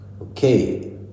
Okay